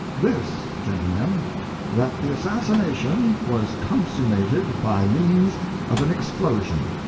this, gentlemen that the assassination was consummated by means of an explosive.